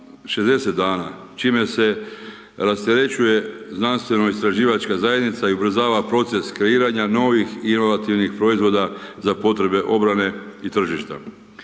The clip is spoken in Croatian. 60 dana, čime se rasterećuje znanstveno istraživačka zajednica i ubrzava proces kreiranja, novih inovativnih proizvoda za potrebe obrane i tržišta.